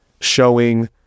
showing